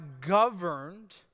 governed